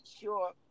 sure